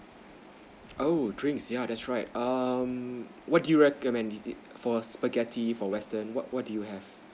oh drinks yeah that's right um what do you recommend do yo~ for spaghetti for western what what do you have